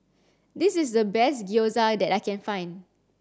this is the best Gyoza that I can find